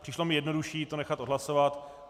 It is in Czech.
Přišlo mi jednodušší nechat to odhlasovat.